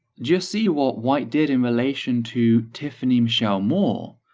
just see what white did in relation to tiffany michelle moore,